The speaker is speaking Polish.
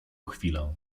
chwilę